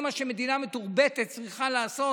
זה מה שמדינה מתורבתת צריכה לעשות